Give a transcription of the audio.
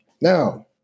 Now